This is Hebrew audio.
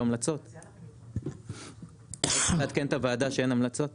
המלצות לעדכן את הוועדה שאין המלצות?